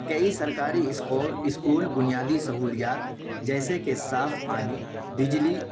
کئی سرکاری school school بنیادی سہولیات جیسے کہ صاف پانی بجلی